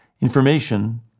information